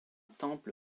temple